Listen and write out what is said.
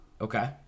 Okay